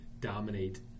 dominate